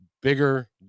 bigger